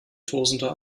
tosender